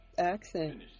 Accent